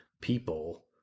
people